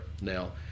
now